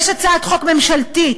יש הצעת חוק ממשלתית,